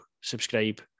subscribe